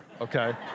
okay